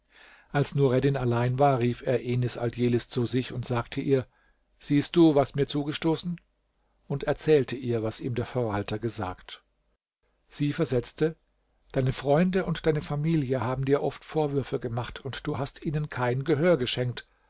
als nureddin allein war rief er enis aldjelis zu sich und sagte ihr siehst du was mir zugestoßen und erzählte ihr was ihm der verwalter gesagt sie versetzte deine freunde und deine familie haben dir oft vorwürfe gemacht und du hast ihnen kein gehör geschenkt